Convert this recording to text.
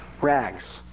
rags